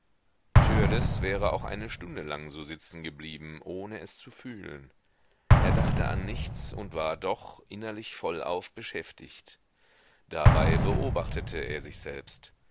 wäre auch eine stunde lang so sitzen geblieben ohne es zu fühlen er dachte an nichts und war doch innerlich vollauf beschäftigt dabei beobachtete er sich selbst